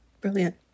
Brilliant